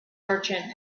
merchant